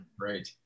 Right